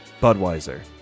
Budweiser